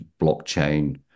blockchain